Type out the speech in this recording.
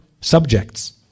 subjects